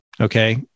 Okay